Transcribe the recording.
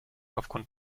aufgrund